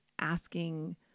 asking